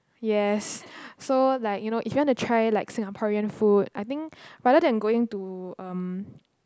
yes so like you know if you want to try like Singaporean food I think rather than going to um